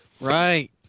Right